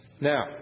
Now